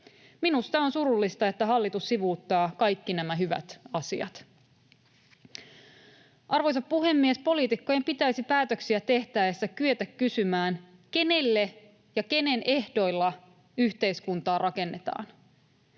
Minusta on surullista, että hallitus sivuuttaa kaikki nämä hyvät asiat. Arvoisa puhemies! Poliitikkojen pitäisi päätöksiä tehtäessä kyetä kysymään: kenelle ja kenen ehdoilla yhteiskuntaa rakennetaan?